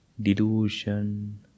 delusion